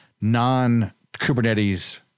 non-Kubernetes